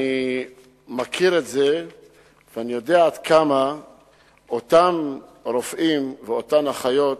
אני מכיר את זה ואני יודע עד כמה אותם רופאים ואותן אחיות